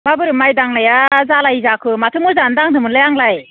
माबोरै माय दांनाया जालायै जाखो माथो मोजाङानो दांदोंमोनलाय आंलाय